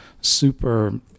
super